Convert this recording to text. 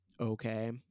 okay